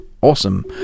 Awesome